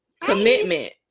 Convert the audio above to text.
commitment